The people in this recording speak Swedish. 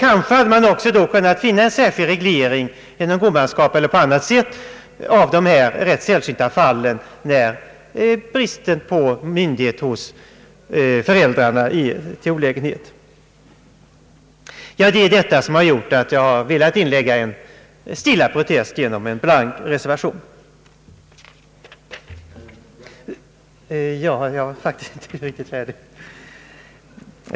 Kanske hade man då också kunnat finna en särskild reglering av dessa rätt sällsynta fall när bristen på myndighet hos föräldrarna medför olägenhet. Det är detta som gjort att jag velat inlägga en stilla protest genom en blank reservation.